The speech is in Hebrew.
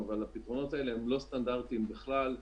אבל הפתרונות האלה לא סטנדרטים בכלל,